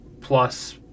plus